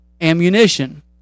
ammunition